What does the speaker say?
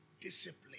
Discipline